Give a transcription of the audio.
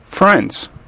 Friends